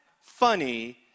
funny